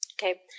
Okay